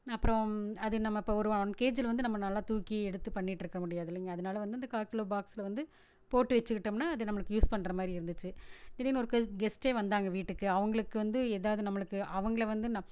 அப்புறோம் அது நம்ம இப்போ ஒரு ஒன் கேஜியில் வந்து நம்ம நல்லா தூக்கி எடுத்து பண்ணிகிட்டு இருக்க முடியாதில்லைங்க அதனால வந்து அந்த கால்கிலோ பாக்ஸில் வந்து போட்டு வெச்சுக்கிட்டோம்னா அது நம்மளுக்கு யூஸ் பண்ணுற மாதிரி இருந்துச்சு திடீர்னு ஒரு கெஸ் கெஸ்ட்டே வந்தாங்க வீட்டுக்கு அவங்களுக்கு வந்து எதாவது நம்மளுக்கு அவங்களை வந்து நான்